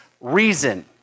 reason